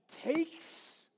takes